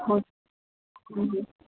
हँ हुँ हुँ